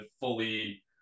fully